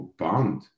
bond